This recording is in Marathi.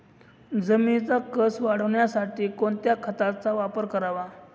जमिनीचा कसं वाढवण्यासाठी कोणत्या खताचा वापर करावा?